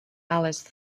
alice